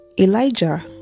Elijah